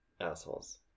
Assholes